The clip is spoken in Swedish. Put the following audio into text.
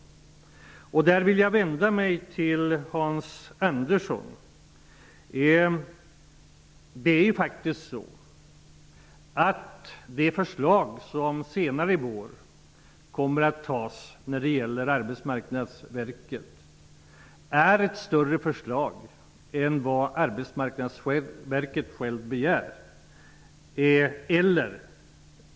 Jag vill då vända mig till Hans Andersson. Det är faktiskt så att det förslag som senare i vår kommer att antas när det gäller Arbetsmarknadsverket är av större omfattning än vad Arbetsmarknadsverket självt begär.